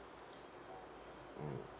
mm